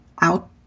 out